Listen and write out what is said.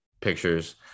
pictures